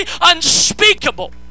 unspeakable